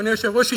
אדוני היושב-ראש,